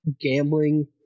gambling